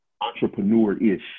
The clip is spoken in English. entrepreneur-ish